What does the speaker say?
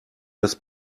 das